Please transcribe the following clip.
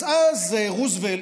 אז, רוזוולט,